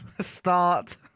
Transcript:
Start